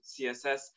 CSS